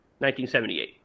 1978